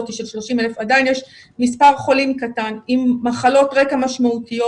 עדיין יש מספר חולים קטן עם מחלות רקע משמעותיות.